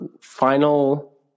final